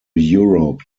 europe